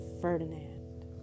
Ferdinand